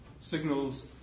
signals